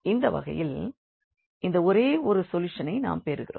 இந்த வகையில் இந்த ஒரே ஒரு சொல்யூஷனை நாம் பெறுகிறோம்